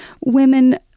women